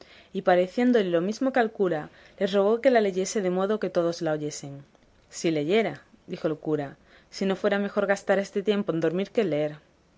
y pareciéndole lo mismo que al cura le rogó que la leyese de modo que todos la oyesen sí leyera dijo el cura si no fuera mejor gastar este tiempo en dormir que en leer